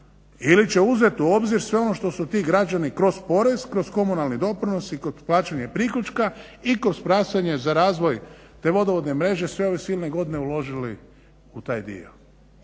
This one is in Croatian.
ili će uzeti u obzir sve ono što su ti građani kroz porez kroz komunalni doprinos i kroz plaćanje priključka i kod … za razvoj te vodovodne mreže sve ove silne godine uložili u taj dio.